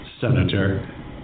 senator